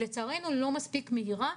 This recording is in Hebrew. לא מספיק מהירה,